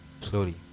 slowly